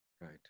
Right